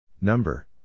Number